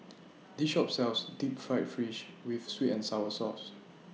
This Shop sells Deep Fried Fish with Sweet and Sour Sauce